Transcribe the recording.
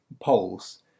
polls